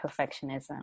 perfectionism